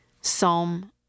Psalm